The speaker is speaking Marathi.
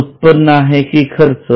हे उत्पन्न आहे कि खर्च